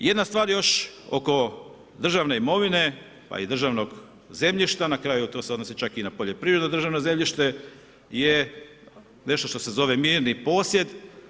Jedna stvar još oko državne imovine, pa i državnog zemljišta, na kraju to se odnosi čak i na poljoprivredno državno zemljište je nešto što se zove mirni posjed.